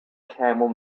camel